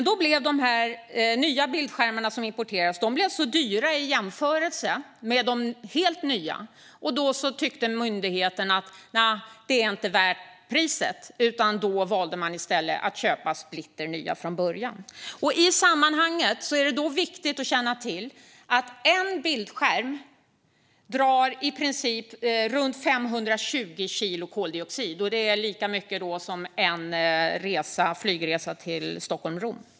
Då blev de importerade bildskärmarna så dyra i jämförelse med helt nya att myndigheten inte tyckte att det var värt priset utan i stället valde att köpa splitter nya. I sammanhanget är det viktigt att känna till att en bildskärm kräver runt 520 kilo koldioxid, lika mycket som en flygresa Stockholm-Rom.